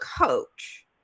coach